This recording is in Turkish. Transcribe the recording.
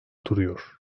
duruyor